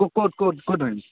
ক'ত ক'ত ক'ত ক'ত ধৰিম